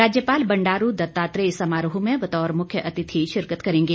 राज्यपाल बंडारू दत्तात्रोय समारोह में बतौर मुख्य अतिथि शिरकत करेंगे